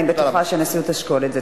אני בטוחה שהנשיאות תשקול את זה.